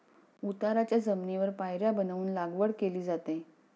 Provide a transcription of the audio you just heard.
उताराच्या जमिनीवर पायऱ्या बनवून लागवड केली जाते